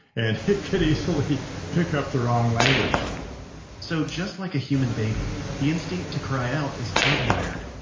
and it could easily pick up the wrong language so, just like a human baby, the instinct to cry out is hardwired,